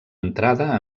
entrada